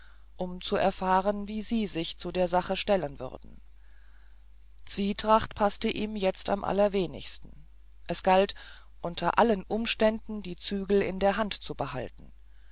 um zu erfahren wie sie sich zu der sache stellen würden zwietracht paßte ihm jetzt am allerwenigsten es galt unter allen umständen die zügel in der hand zu behalten